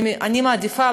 אני מעדיפה,